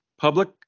Public